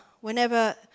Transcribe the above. whenever